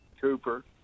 Cooper